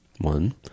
one